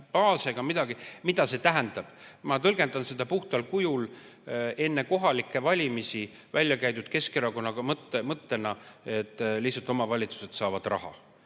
ka andmebaase ega midagi. Ma tõlgendan seda puhtal kujul enne kohalikke valimisi väljakäidud Keskerakonna mõttena, et lihtsalt omavalitsused saavad raha.